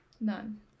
None